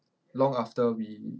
um long after we